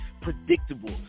predictable